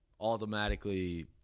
automatically